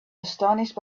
astonished